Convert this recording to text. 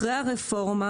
אחרי הרפורמה